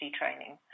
training